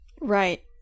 Right